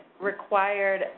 required